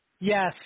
Yes